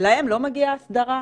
להם לא מגיעה הסדרה?